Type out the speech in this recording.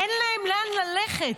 אין להם לאן ללכת.